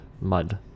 MUD